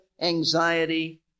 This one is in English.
anxiety